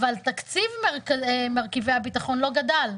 אבל תקציב מרכיבי הביטחון לא גדול,